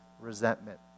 resentment